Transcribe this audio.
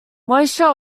moisture